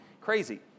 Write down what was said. Crazy